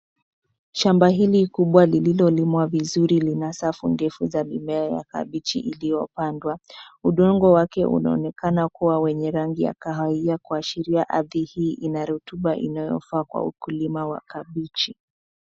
Shamba hili kubwa lililolimwa vizuri lina safu ndefu za mimea ya kabichi iliyopandwa. Udongo wake unaonekana kuwa wenye rangi ya kahawia kuashiria ardhi hii ina rotuba inayofaa kwa ukulima wa kabichi.